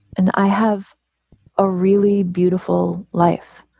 and i have a really beautiful life.